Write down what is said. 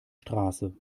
straße